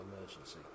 emergency